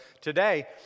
today